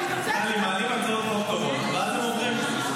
גלה לנו את הסוד, גם אנחנו רוצים.